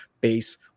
base